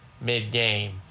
mid-game